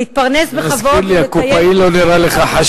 להתפרנס בכבוד ולקיים את עצמו בכבוד.